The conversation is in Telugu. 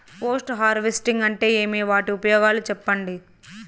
పోస్ట్ హార్వెస్టింగ్ అంటే ఏమి? వాటి ఉపయోగాలు చెప్పండి?